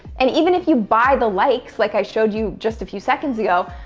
and even if you buy the likes, like i showed you just a few seconds ago,